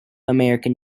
american